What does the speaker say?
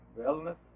wellness